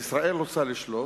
אז ישראל רוצה לשלוט,